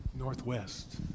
Northwest